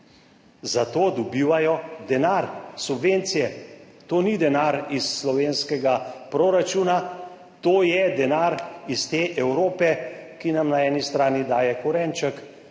za to dobivajo denar, subvencije. To ni denar iz slovenskega proračuna, to je denar iz te Evrope, ki nam na eni strani daje korenček,